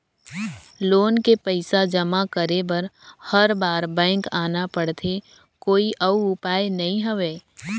Loan के पईसा जमा करे बर हर बार बैंक आना पड़थे कोई अउ उपाय नइ हवय?